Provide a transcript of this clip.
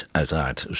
Uiteraard